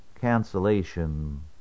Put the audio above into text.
cancellation